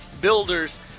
Builders